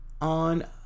on